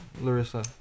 Larissa